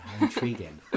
intriguing